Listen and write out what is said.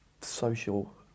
social